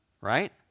right